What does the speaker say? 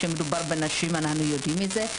כשמדובר בנשים הרי אנו יודעים את זה.